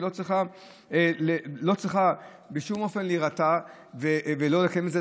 והיא לא צריכה בשום אופן להירתע ולא לקיים את זה,